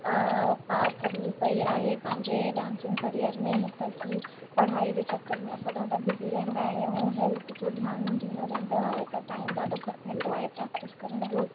पार करिणी पई आहे पंहिंजे डांसिंग करियर में इहे त की पढ़ाई जे चक्कर में असां ॾाढा बिज़ी रहंदा आहियूं हू हेल्थ जो ध्यान ॾींदो रहंदो आहे त टाइम ॾाढो घटि मिलंदो आहे प्रेक्टिस करण जो